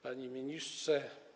Panie Ministrze!